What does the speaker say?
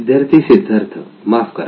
विद्यार्थी सिद्धार्थ माफ करा